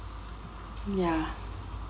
ya